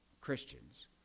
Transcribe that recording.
Christians